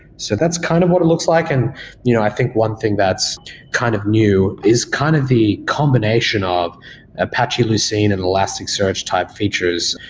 so that's kind of what it looks like, and you know i think one thing that's kind of new is kind of the combination of apache lucene and elasticsearch type features,